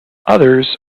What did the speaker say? others